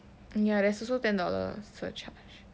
ya there's also ten dollars surcharge